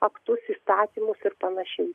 aktus įstatymus ir panašiai